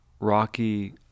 Rocky